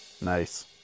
nice